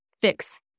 fix